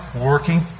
working